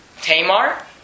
Tamar